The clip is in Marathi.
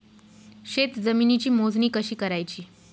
शेत जमिनीची मोजणी कशी करायची?